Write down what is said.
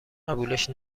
قبولش